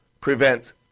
prevents